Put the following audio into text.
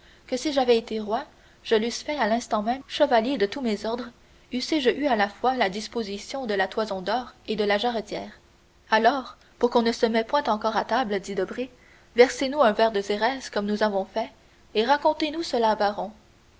qui si j'avais été roi je l'eusse fait à l'instant même chevalier de tous mes ordres eussé-je eu à la fois la disposition de la toison d'or et de la jarretière alors puisqu'on ne se met point encore à table dit debray versez vous un verre de xérès comme nous avons fait et racontez-nous cela baron